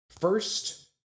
First